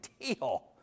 deal